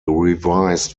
revised